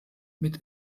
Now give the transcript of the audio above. mit